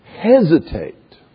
hesitate